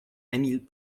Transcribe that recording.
emil